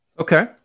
Okay